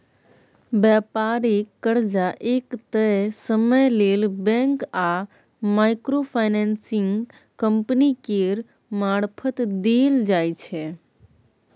बेपारिक कर्जा एक तय समय लेल बैंक आ माइक्रो फाइनेंसिंग कंपनी केर मारफत देल जाइ छै